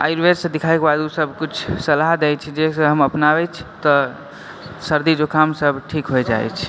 आयुर्वेदसऽ देखायके बाद ऊ सब कुछ सलाह दै छै जइसऽ हम अपनाबै छी तऽ सर्दी जुकाम सब ठीक होइ जाइ छै